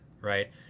right